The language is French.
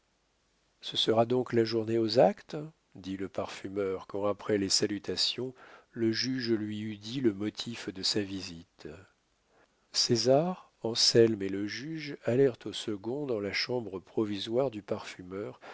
ce sera donc la journée aux actes dit le parfumeur quand après les salutations le juge lui eut dit le motif de sa visite césar anselme et le juge allèrent au second dans la chambre provisoire du parfumeur